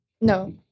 No